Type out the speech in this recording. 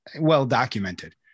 well-documented